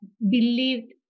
believed